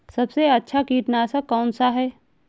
सबसे अच्छा कीटनाशक कौनसा है?